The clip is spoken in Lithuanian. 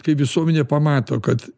kai visuomenė pamato kad